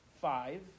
five